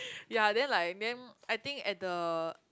ya then like then I think at the